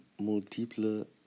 multiple